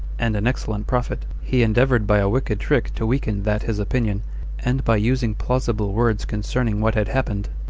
and an excellent prophet, he endeavored by a wicked trick to weaken that his opinion and by using plausible words concerning what had happened,